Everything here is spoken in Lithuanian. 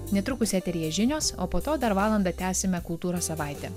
netrukus eteryje žinios o po to dar valandą tęsime kultūros savaitę